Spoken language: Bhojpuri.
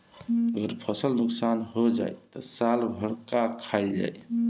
अगर फसल नुकसान हो जाई त साल भर का खाईल जाई